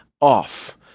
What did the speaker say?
off